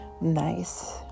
Nice